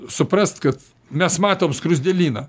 suprast kad mes matom skruzdėlyną